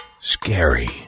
Scary